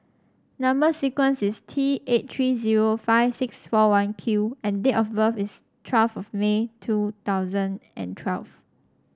number sequence is T eight three zero five six four one Q and date of birth is twelve of May two thousand and twelve